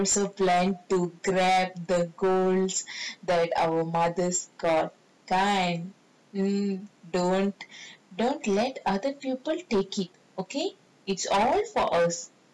ya we also plan to grab the gold that our mothers got kan mm don't don't let other people take it okay it's all for us